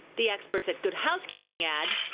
the experts at good housekeeping ad.